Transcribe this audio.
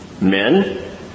Men